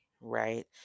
right